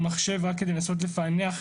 ועמל קשות כדי לארגן אותו.